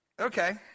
Okay